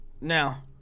Now